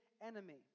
enemy